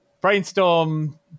Brainstorm